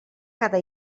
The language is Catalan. cada